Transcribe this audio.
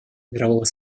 мирового